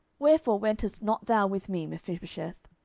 wherefore wentest not thou with me, mephibosheth?